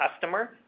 customer